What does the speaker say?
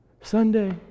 Sunday